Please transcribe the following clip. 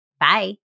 Bye